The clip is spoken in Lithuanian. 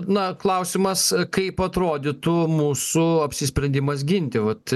na klausimas a kaip atrodytų mūsų apsisprendimas ginti vat